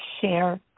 share